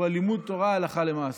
הוא לימוד התורה הלכה למעשה.